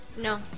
no